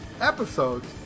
episodes